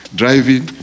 driving